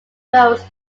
flows